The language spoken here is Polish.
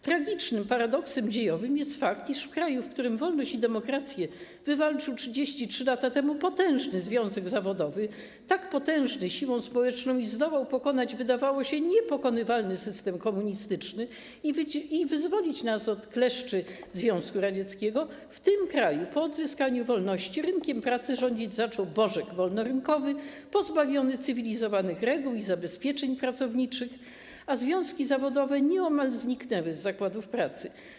Tragicznym paradoksem dziejowym jest fakt, iż w kraju, w którym wolność i demokrację wywalczył 33 lata temu potężny związek zawodowy - tak potężny siłą społeczną, że zdołał pokonać, wydawało się, niepokonywalny system komunistyczny i wyzwolić nas od kleszczy Związku Radzieckiego - po odzyskaniu wolności rynkiem pracy rządzić zaczął bożek wolnorynkowy pozbawiony cywilizowanych reguł i zabezpieczeń pracowniczych, a związki zawodowe nieomal zniknęły z zakładów pracy.